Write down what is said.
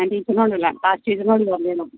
ആ ടീച്ചറിനോട് അല്ല ക്ലാസ് ടീച്ചറിനോട് ചോദിക്കണം